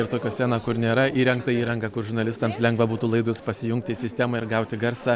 ir tokiose na kur nėra įrengta įranga kur žurnalistams lengva būtų laidus pasijungti į sistemą ir gauti garsą